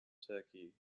turkey